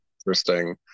interesting